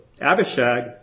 Abishag